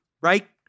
Right